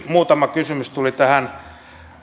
muutama kysymys tuli tähän